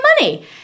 money